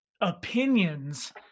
opinions